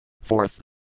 Fourth